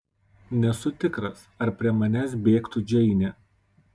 nesu tikras ar prie manęs bėgtų džeinė